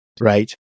right